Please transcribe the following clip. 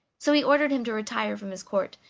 so he ordered him to retire from his court,